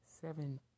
seven